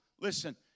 listen